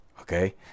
okay